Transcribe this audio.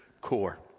core